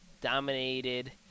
dominated